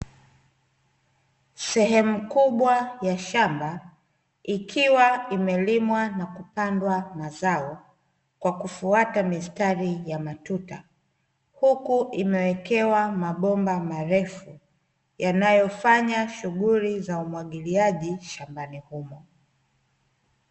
Sehemu kubwa ya shamba, ikiwa imelimwa na kupandwa mazao kwa kufuata mistari ya matuta, huku imewekewa mabomba marefu yanayofanya shughuli za umwagiliaji shambani humo.